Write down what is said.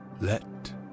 let